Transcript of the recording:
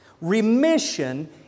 Remission